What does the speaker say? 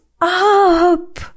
up